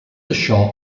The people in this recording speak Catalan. això